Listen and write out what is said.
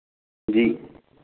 ਜੀ